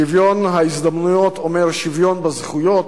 שוויון ההזדמנויות אומר שוויון בזכויות,